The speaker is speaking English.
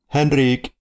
Henrik